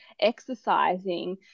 exercising